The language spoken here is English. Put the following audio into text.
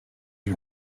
you